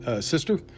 sister